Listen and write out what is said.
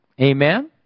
Amen